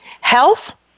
Health